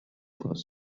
caused